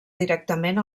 directament